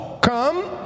come